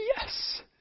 Yes